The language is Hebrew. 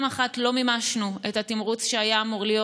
אחת לא מימשנו את התמרוץ שהיה אמור להיות,